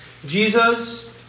Jesus